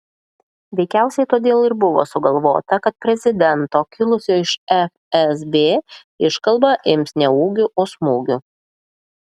veikiausiai todėl ir buvo sugalvota kad prezidento kilusio iš fsb iškalba ims ne ūgiu o smūgiu